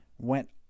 went